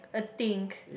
a think